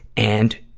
and,